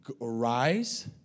Arise